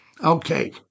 Okay